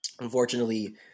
unfortunately